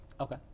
Okay